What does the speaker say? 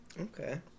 Okay